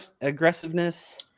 aggressiveness